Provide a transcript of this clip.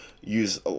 use